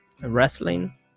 Wrestling